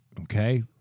okay